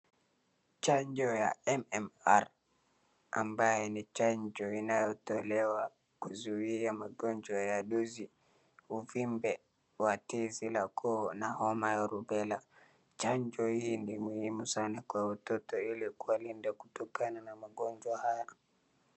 Chanjo ya MMR, ambaye ni chanjo inayotolewa kuzuia magonjwa ya dozi, uvimbe wa tezi la koo na homa ya Rubela. Chanjo hii ni muhimu sana kwa watoto ili kuwalinda kutokana na magonjwa haya.